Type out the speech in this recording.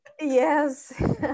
Yes